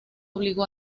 obligó